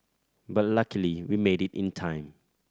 but luckily we made it in time